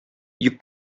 you